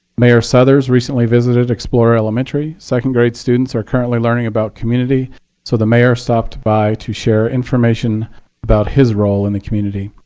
mayor suthers recently visited explorer elementary. second grade students are currently learning about community so the mayor stopped by to share information about his role in the community.